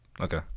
Okay